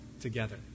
together